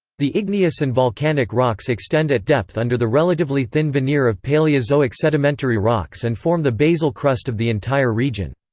the igneous and volcanic rocks extend at depth under the relatively thin veneer of paleozoic sedimentary rocks and form the basal crust of the entire region.